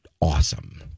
Awesome